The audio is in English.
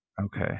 Okay